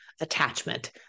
attachment